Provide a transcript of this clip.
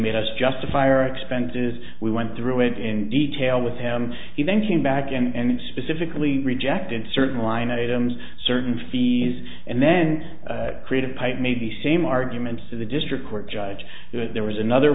made us justify or expenses we went through it in detail with him he then came back and specifically rejected certain line items certain fees and then create a pipe maybe same argument for the district court judge there was another